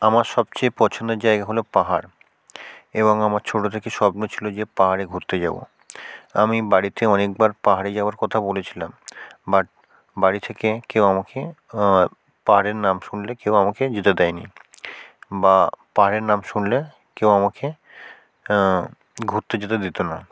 আমার সবচেয়ে পছন্দের জায়গা হলো পাহাড় এবং আমার ছোটো থেকে স্বপ্ন ছিলো যে পাহাড়ে ঘুরতে যাবো আমি বাড়িতে অনেকবার পাহাড়ে যাওয়ার কথা বলেছিলাম বাট বাড়ি থেকে কেউ আমাকে পাহাড়ের নাম শুনলে কেউ আমাকে যেতে দেয় নি বা পাহাড়ের নাম শুনলে কেউ আমাকে ঘুরতে যেতে দিতো না